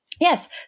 yes